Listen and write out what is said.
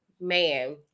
man